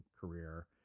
career